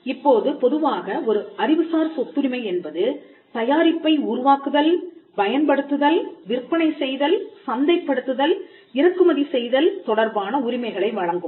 இப்போது பொதுவாக ஒரு அறிவுசார் சொத்துரிமை என்பது தயாரிப்பை உருவாக்குதல் பயன்படுத்துதல் விற்பனை செய்தல் சந்தைப்படுத்துதல் இறக்குமதி செய்தல் தொடர்பான உரிமைகளை வழங்கும்